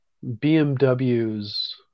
BMW's